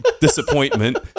disappointment